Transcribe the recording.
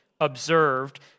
observed